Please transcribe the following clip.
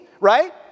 right